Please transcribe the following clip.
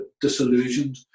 disillusioned